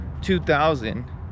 2,000